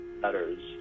letters